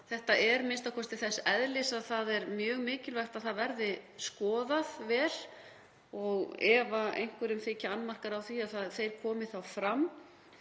þetta er a.m.k. þess eðlis að það er mjög mikilvægt að það verði skoðað vel og ef einhverjum þykja annmarkar á því að þeir komi þá fram.